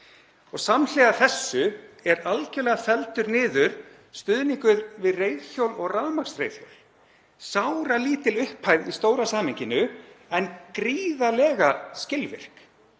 Samhliða þessu er algjörlega felldur niður stuðningur við reiðhjól og rafmagnsreiðhjól, sáralítil upphæð í stóra samhenginu en gríðarlega skilvirk.